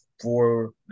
four